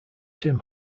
tim